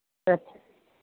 अच्छा